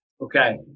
Okay